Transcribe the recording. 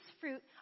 fruit